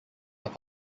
are